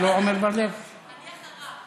חבר הכנסת עמר בר-לב.